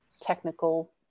technical